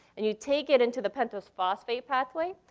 and you take it into the pentose phosphate pathway.